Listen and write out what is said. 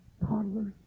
toddlers